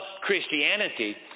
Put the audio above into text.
Christianity